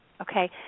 Okay